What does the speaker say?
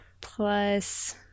Plus